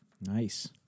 Nice